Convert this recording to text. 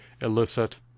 elicit